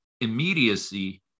immediacy